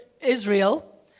Israel